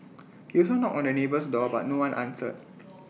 he also knocked on the neighbour's door but no one answered